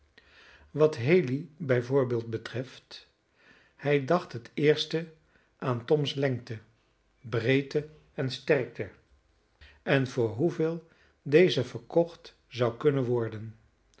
wat haley bij voorbeeld betreft hij dacht het eerst aan toms lengte breedte en sterkte en voor hoeveel deze verkocht zou kunnen worden